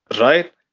right